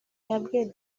yabwiye